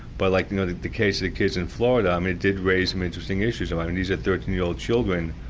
but like you know the the case of the kids in florida, um it did raise some interesting issues i mean these are thirteen year old children,